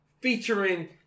featuring